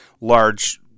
large